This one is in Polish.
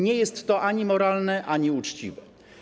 Nie jest to ani moralne, ani uczciwe.